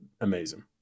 amazing